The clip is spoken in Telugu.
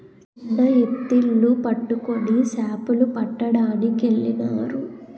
చిన్న ఎత్తిళ్లు పట్టుకొని సేపలు పట్టడానికెళ్ళినారు